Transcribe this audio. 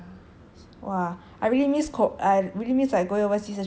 I really miss ko~ I really miss like going overseas especially korea sia cause like